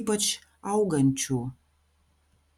ypač augančių